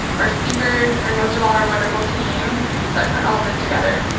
our speakers and most of all, our wonderful team that put all of this together.